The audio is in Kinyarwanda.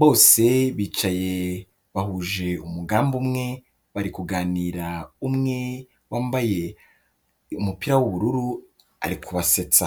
Bose bicaye bahuje umugambi umwe, bari kuganira, umwe wambaye umupira w'ubururu ari kubasetsa.